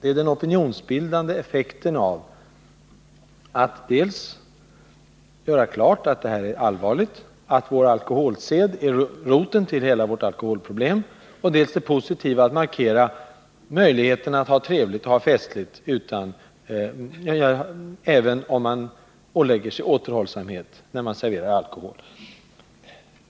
Det är den opinionsbildande effekten av att dels göra klart att detta är allvarligt och att vår alkoholsed är roten till vårt alkoholproblem, dels markera det positiva i möjligheten att ha trevligt och festligt även om man är återhållsam med att servera alkohol.